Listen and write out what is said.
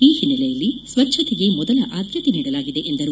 ಈ ಹಿನ್ನೆಲೆಯಲ್ಲಿ ಸ್ವಚ್ವತೆಗೆ ಮೊದಲ ಆದ್ಯತೆ ನೀಡಲಾಗಿದೆ ಎಂದರು